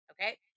okay